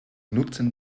nutzen